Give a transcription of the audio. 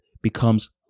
becomes